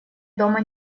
дома